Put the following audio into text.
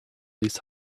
these